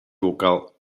vocal